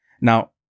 Now